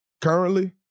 currently